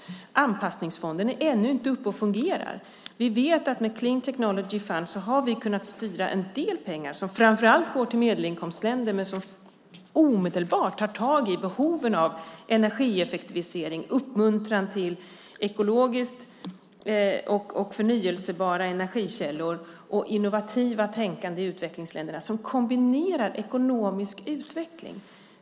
Anpassningsfonden fungerar ännu inte. Vi vet att vi med Clean Technology Fund har kunnat styra en del pengar, framför allt till medelinkomstländer, som omedelbart tar tag i behoven av energieffektivisering, uppmuntran till ekologiska och förnybara energikällor och innovativa tänkanden i utvecklingsländerna som kombineras med ekonomisk utveckling.